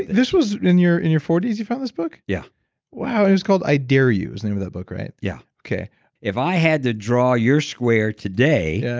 this was in your in your forty s you found this book? yeah wow. it was called i dare you. is the name of that book, right? yeah okay if i had to draw your square today, yeah